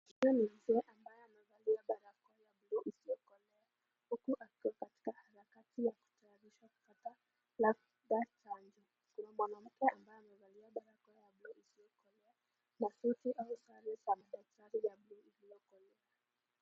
Huyu ni mzee aliyevalia barakoa ya blue iliyokolea akiwa kwenye harakati ya kutayarishwa kupata chanjo. Kuna mwanamke aliyevalia barakoa ya blue iliyokolea na suti au sare ya madaktari ya blue iliyokolea.